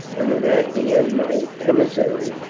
and in acting as my emissary,